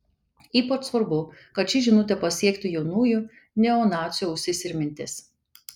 ypač svarbu kad ši žinutė pasiektų jaunųjų neonacių ausis ir mintis